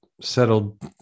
settled